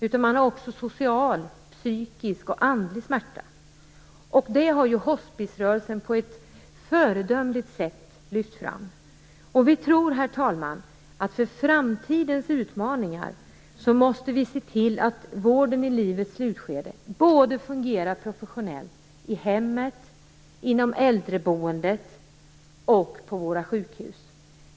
Det finns också social, psykisk och andlig smärta. Det har hospisrörelsen på ett föredömligt sätt lyft fram. Vi tror att man inför framtidens utmaningar måste se till att vården i livets slutskede fungerar professionellt i hemmet, inom äldreboendet och på sjukhusen.